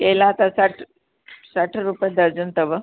केला सठि सठि रुपए दर्ज़न अथव